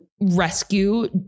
rescue